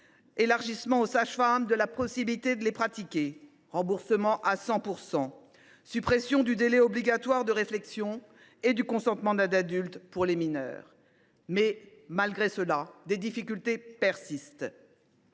élargissement aux sages femmes de la possibilité de les pratiquer, remboursement à 100 %, suppression du délai obligatoire de réflexion et du consentement d’un adulte pour les mineurs. Malgré tout, des difficultés persistent.